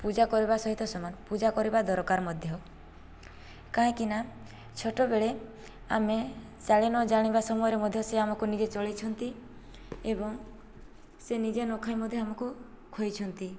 ପୂଜା କରିବା ସହିତ ସମାନ ପୂଜା କରିବା ଦରକାର ମଧ୍ୟ କାହିଁକିନା ଛୋଟବେଳେ ଆମେ ଚାଲି ନ ଜାଣିବା ମଧ୍ୟ ସେ ନିଜେ ଆମକୁ ଚଳେଇ ଛନ୍ତି ଏବଂ ସେ ନିଜେ ନ ଖାଇ ମଧ୍ୟ ଆମକୁ ଖୁଆଇଛନ୍ତି